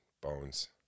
Bones